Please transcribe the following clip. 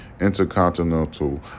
intercontinental